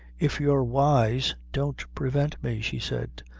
if you're wise, don't prevent me, she said.